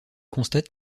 constate